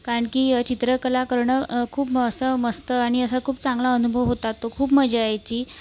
कारण की चित्रकला करणं खूप असं मस्त आणि असा खूप चांगला अनुभव होता तो खूप मजा यायची